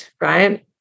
right